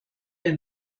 der